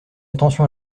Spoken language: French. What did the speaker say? attention